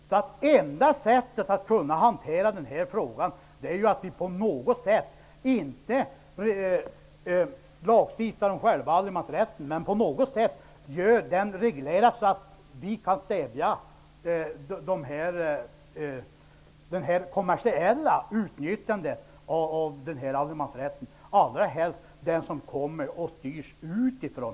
Det enda sättet att hantera frågan är att vi inte lagstiftar om själva allemansrätten men på något sätt gör den reglerad, så att vi kan stävja det kommersiella utnyttjandet av allemansrätten, allra helst det som styrs utifrån.